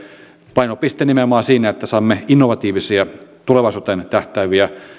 painopiste nimenomaan siinä että saamme innovatiivisia tulevaisuuteen tähtääviä